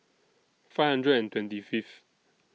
five hundred and twenty Fifth